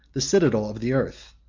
the citadel of the earth,